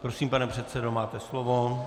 Prosím, pane předsedo, máte slovo.